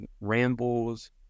Rambles